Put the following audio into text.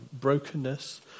brokenness